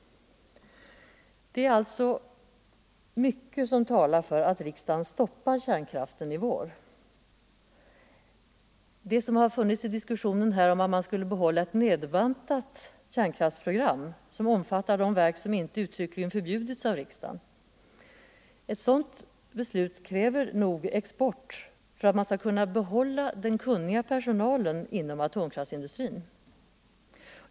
Det är alltså mycket som talar för att riksdagen stoppar kärnkraften i år. Ett nedbantat kärnkraftsprogram — något som har föreslagits i debatten — omfattande de kraftverk som inte uttryckligen förbjudits av riksdagen kräver nog export för att man skall kunna behålla den kunniga personalen inom atomkraftsindustrin.